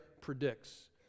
predicts